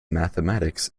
mathematics